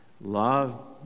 Love